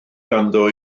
ganddo